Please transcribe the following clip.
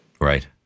Right